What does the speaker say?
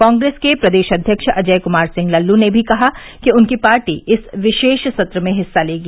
कांग्रेस के प्रदेश अध्यक्ष अजय कुमार सिंह लल्लू ने भी कहा कि उनकी पार्टी इस विशेष सत्र में हिस्सा लेगी